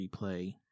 replay